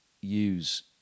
use